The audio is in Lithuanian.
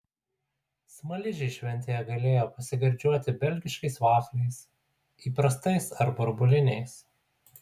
smaližiai šventėje galėjo pasigardžiuoti belgiškais vafliais įprastais ar burbuliniais